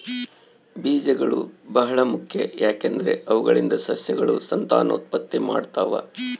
ಬೀಜಗಳು ಬಹಳ ಮುಖ್ಯ, ಯಾಕಂದ್ರೆ ಅವುಗಳಿಂದ ಸಸ್ಯಗಳು ಸಂತಾನೋತ್ಪತ್ತಿ ಮಾಡ್ತಾವ